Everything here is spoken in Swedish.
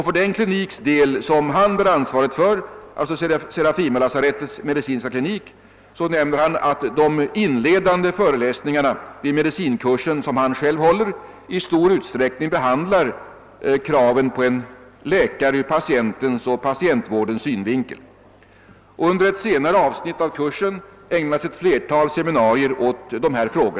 För den kliniks del som han bär ansvaret för, Serafimerlasarettets medicinska klinik, nämner han att de inledande föreläsningarna i den medicinkurs som han själv håller i stor utsträckning behandlar kraven på en läkare ur patientens och patientvårdens synvinkel. Under ett senare avsnitt av kursen ägnas ett flertal seminarier åt dessa frågor.